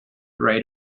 right